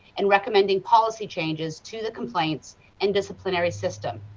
and recommending policy changes to the complaints and disciplinary system.